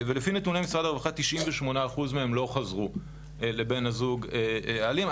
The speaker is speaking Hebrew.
ולפי נתוני משרד הרווחה 98% לא חזרו לבן הזוג האלים.